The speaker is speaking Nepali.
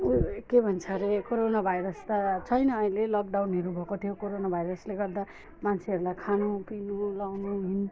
ऊ यो के भन्छ हरे कोरोना भाइरस त छैन अहिले लकडाउनहरू भएको थियो कोरोना भाइरसले गर्दा मान्छेहरूलाई खानु पिउनु लगाउनु हिँड्नु